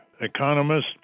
economist